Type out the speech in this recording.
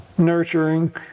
Nurturing